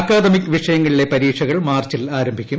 academic വിഷയങ്ങളിലെ പരീക്ഷകൾ മാർച്ചിൽ ആരംഭിക്കും